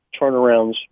turnarounds